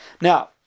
Now